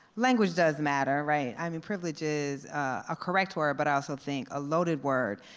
language does matter, right? i mean, privilege is a correct word, but i also think a loaded word.